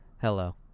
hello